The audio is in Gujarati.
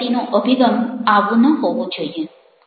કોઈ વ્યક્તિનો અભિગમ આવો ન હોવો જોઈએ